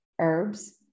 herbs